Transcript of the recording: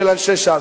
של אנשי ש"ס.